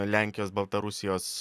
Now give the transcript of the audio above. lenkijos baltarusijos